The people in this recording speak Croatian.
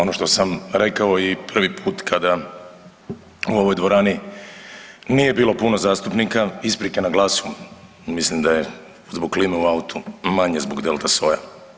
Ono što sam rekao i prvi put kada u ovoj dvorani nije bilo puno zastupnika, isprike na glasu, mislim da je zbog klime u autu, manje zbog delta soja.